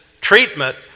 treatment